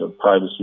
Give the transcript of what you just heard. privacy